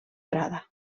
prada